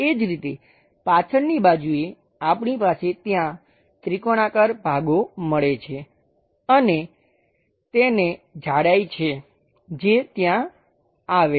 એ જ રીતે પાછળની બાજુએ આપણી પાસે ત્યાં ત્રિકોણાકાર ભાગો મળે છે અને તેને જાડાઈ છે જે ત્યાં આવે છે